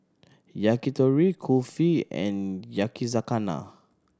Yakitori Kulfi and Yakizakana